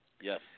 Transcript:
Yes